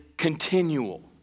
continual